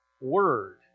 word